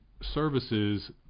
services